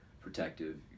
protective